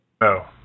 No